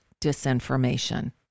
disinformation